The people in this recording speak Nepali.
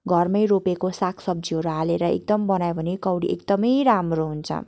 घरमै रोपेको साग सब्जीहरू हालेर एकदम बनायो भने कौडी एकदमै राम्रो हुन्छ